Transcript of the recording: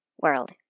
world